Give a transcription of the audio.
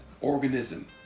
organism